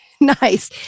Nice